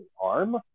arm